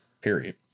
period